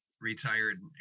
retired